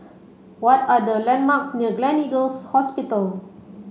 what are the landmarks near Gleneagles Hospital